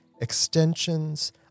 Extensions